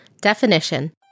Definition